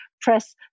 press